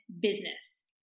business